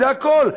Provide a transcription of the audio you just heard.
זה הכול,